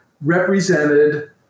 represented